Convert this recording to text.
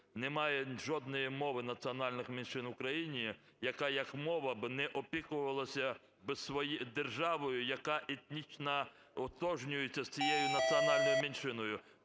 Немає жодної мови національних меншин в Україні, яка як мова б не опікувалася державою, яка етнічно ототожнюється з цією національною меншиною,